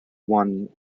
won